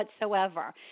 whatsoever